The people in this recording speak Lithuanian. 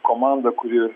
komanda kuri